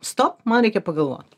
stop man reikia pagalvot